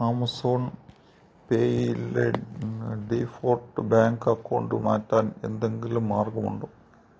Amazon പേയിലെ default bank account മാറ്റാൻ എന്തെങ്കിലും മാർഗമുണ്ടോ